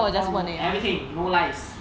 oh no no everything no lies